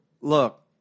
Look